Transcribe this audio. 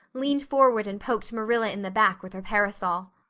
leaned forward and poked marilla in the back with her parasol.